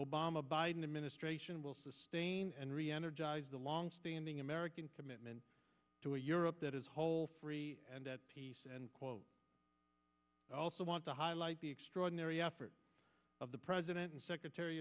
obama biden administration will sustain and reenergize the longstanding american commitment to a europe that is whole free and at peace and quot also want to highlight the extraordinary efforts of the president and secretary